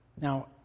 Now